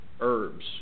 herbs